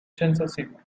censorship